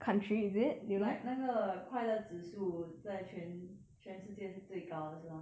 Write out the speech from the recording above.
like 那个快乐指数在全全世界是最高的是 mah